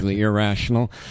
irrational